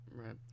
Right